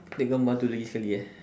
that gambar itu lagi sekali eh